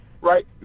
Right